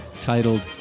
titled